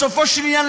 בסופו של עניין,